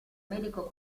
medico